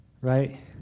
right